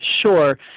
Sure